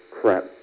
crap